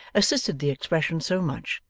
assisted the expression so much,